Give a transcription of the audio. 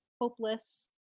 hopeless